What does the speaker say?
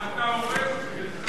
לשר האוצר את הפריימריס, וזה לא פייר.